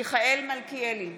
מיכאל מלכיאלי,